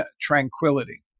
tranquility